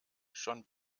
schon